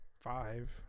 five